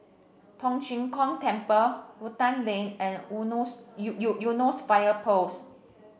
Tong Tien Kung Temple Rotan Lane and Eunos Fire Post